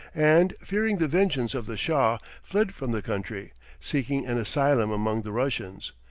and, fearing the vengeance of the shah, fled from the country seeking an asylum among the russians,